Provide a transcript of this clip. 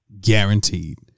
guaranteed